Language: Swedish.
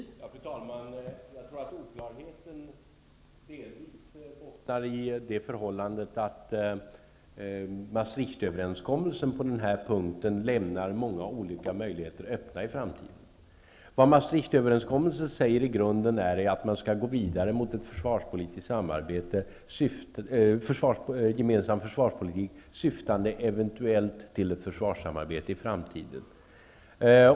Fru talman! Jag tror att oklarheten delvis bottnar i det förhållandet att Maastricht-överenskommelsen på denna punkt lämnar många olika möjligheter öppna i framtiden. Vad Maastrichtöverenskommelsen i grunden säger är att man skall gå vidare med en gemensam försvarspolitik syftande till ett eventuellt försvarssamarbete i framtiden.